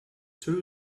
two